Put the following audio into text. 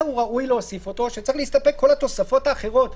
וזה שלא צריך מעבר לזה להיכנס לאותן רשימות צרות,